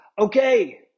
okay